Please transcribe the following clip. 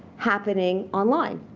happening online